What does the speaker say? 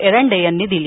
एरंडे यांनी दिली